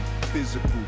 physical